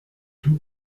tout